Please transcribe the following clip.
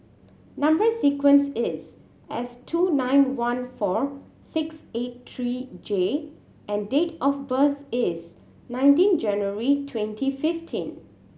number sequence is S two nine one four six eight three J and date of birth is nineteen January twenty fifteen